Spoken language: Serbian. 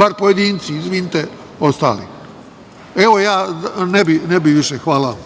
Bar pojedinci, izvinjavam se ostalima. Hvala vam. **Elvira Kovač**